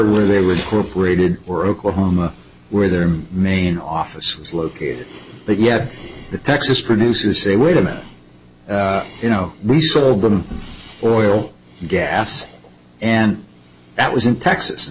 where they would raided or oklahoma where their main office was located but yet the texas producers say wait a minute you know we sold them or oil gas and that was in texas and